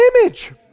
image